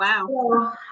Wow